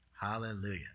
Hallelujah